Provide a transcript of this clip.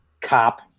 cop